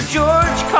George